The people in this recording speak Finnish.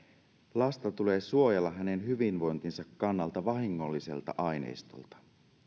lasta tulee suojella hänen hyvinvointinsa kannalta vahingolliselta aineistolta